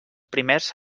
primers